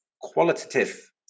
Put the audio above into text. qualitative